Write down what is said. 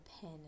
pen